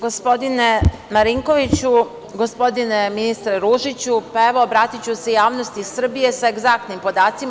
Gospodine Marinkoviću, gospodine ministre Ružiću, evo, obratiću se javnosti Srbije sa egzaktnim podacima.